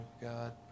God